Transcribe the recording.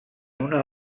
una